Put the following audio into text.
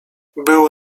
był